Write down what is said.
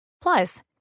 Plus